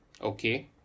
Okay